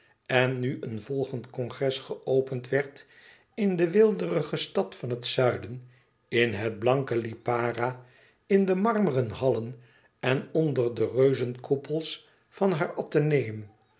en nu een volgend congres geopend werd in de weelderige stad van het zuiden in het blanke lipara in de marmeren hallen en onder de reuzenkoepels van haar